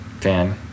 Fan